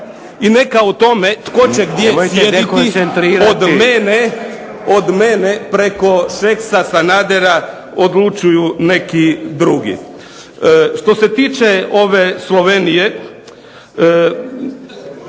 I neka o tome tko će gdje sjediti od mene preko Šeksa, Sanadera odlučuju neki drugi. Što se tiče ove Slovenije